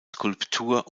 skulptur